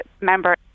member